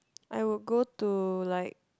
I would go to like